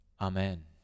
Amen